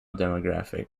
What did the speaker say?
demographic